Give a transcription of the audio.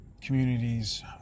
communities